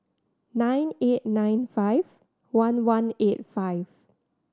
nine eight nine five one one eight five